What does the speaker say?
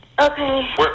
Okay